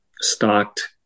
stocked